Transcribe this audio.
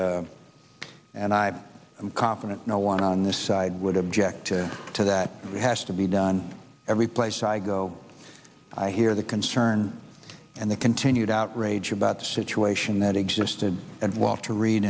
and i am confident no one on the side would object to that has to be done every place i go i hear the concern and the continued outrage about situation that existed and want to read